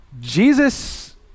Jesus